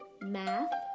Math